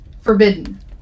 Forbidden